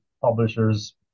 publishers